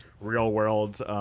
real-world